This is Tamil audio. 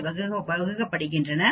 வை வகுக்கப்படுகிறது